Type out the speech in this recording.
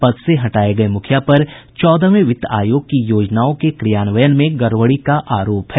पद से हटाये गये मुखिया पर चौदहवें वित्त आयोग की योजनाओं के क्रियान्वयन में गड़बड़ी का आरोप है